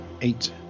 eight